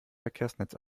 verkehrsnetz